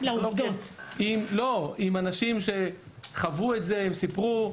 לוויכוח עם אנשים שחוו את זה וסיפרו.